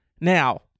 Now